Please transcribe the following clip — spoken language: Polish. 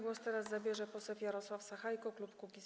Głos teraz zabierze poseł Jarosław Sachajko, klub Kukiz’15.